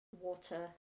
water